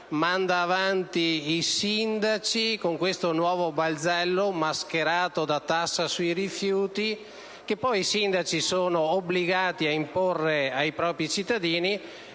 mandare avanti i sindaci con questo nuovo balzello mascherato da tassa sui rifiuti, tassa che poi gli stessi sindaci sono obbligati ad imporre ai propri cittadini